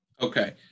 Okay